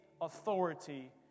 authority